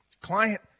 Client